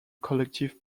collective